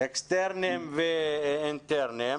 אקסטרניים ואינטרניים.